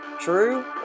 true